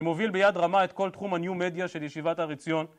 מוביל ביד רמה את כל תחום הניו-מדיה של ישיבת הר עציון.